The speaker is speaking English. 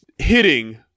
Hitting